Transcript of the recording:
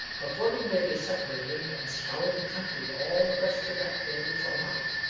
accordingly they separated and scoured the country all the rest of that day till night,